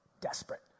Desperate